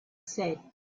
said